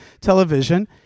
television